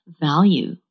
value